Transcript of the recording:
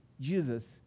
Jesus